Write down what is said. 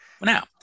Now